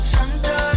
Santa